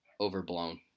overblown